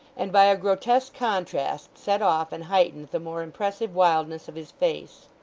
and by a grotesque contrast set off and heightened the more impressive wildness of his face.